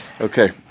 Okay